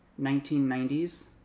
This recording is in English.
1990s